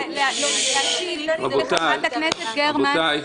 חברת הכנסת גרמן,